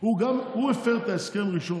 הוא הפר את ההסכם ראשון.